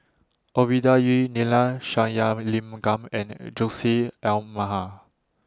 Ovidia Yu Neila Sathyalingam and Jose